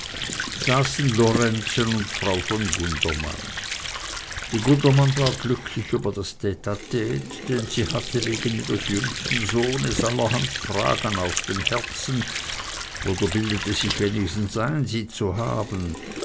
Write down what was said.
saßen lorenzen und frau von gundermann die gundermann war glücklich über das tte tte denn sie hatte wegen ihres jüngsten sohnes allerhand fragen auf dem herzen oder bildete sich wenigstens ein sie zu haben